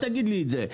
אל תגיד לי את זה.